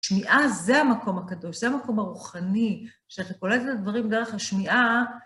שמיעה זה המקום הקדוש, זה המקום הרוחני, כשאתה קולט את הדברים דרך השמיעה...